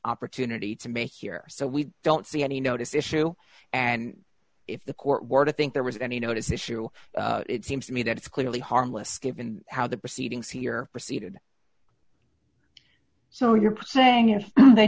opportunity to make here so we don't see any notice issue and if the court were to think there was any notice issue it seems to me that it's clearly harmless given how the proceedings here proceeded so you're proposing if they